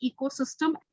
ecosystem